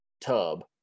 tub